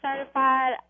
certified